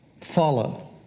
follow